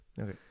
Okay